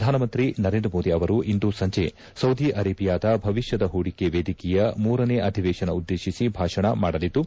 ಪ್ರಧಾನಮಂತ್ರಿ ನರೇಂದ್ರ ಮೋದಿ ಅವರು ಇಂದು ಸಂಜೆ ಸೌದಿ ಅರೇಬಿಯಾದ ಭವಿಷ್ಠದ ಹೂಡಿಕೆ ವೇದಿಕೆಯ ಮೂರನೆ ಅಧಿವೇಶನ ಉದ್ದೇಶಿಸಿ ಭಾಷಣ ಮಾಡಲಿದ್ದು